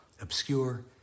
obscure